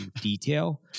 detail